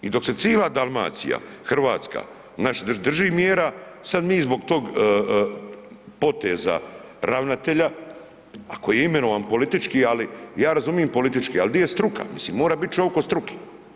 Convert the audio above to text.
I dok se cila Dalmacija, Hrvatska znači drži mjera sad mi zbog tog poteza ravnatelja, ako je imenovan politički, ali ja razumijem politički, ali di je struka, mislim mora biti čovik od struke.